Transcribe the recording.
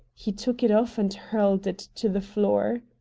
he took it off and hurled it to the floor.